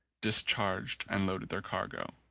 dis charged and loaded their cargo.